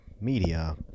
media